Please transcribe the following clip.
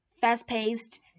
fast-paced